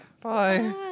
Bye